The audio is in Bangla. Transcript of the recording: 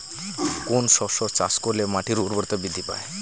কোন শস্য চাষ করলে মাটির উর্বরতা বৃদ্ধি পায়?